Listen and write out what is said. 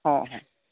ହଁ ହଁ